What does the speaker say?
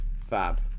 Fab